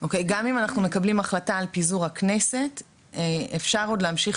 גם אם מקבלים החלטה על פיזור הכנסת אפשר להמשיך